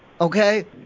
Okay